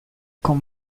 con